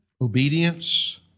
obedience